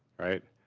right?